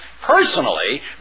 personally